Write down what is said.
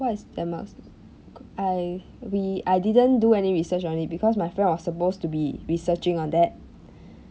what is denmark's I we I didn't do any research on it because my friend was supposed to researching on that